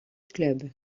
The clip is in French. club